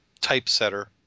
typesetter